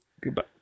Goodbye